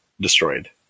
destroyed